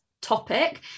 topic